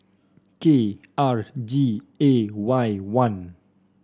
K R G A Y one